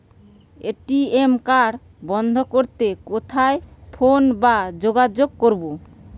ATM card বন্ধ করতে কোথায় ফোন বা যোগাযোগ করব?